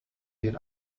den